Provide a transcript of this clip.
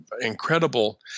incredible